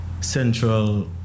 central